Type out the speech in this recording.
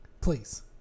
Please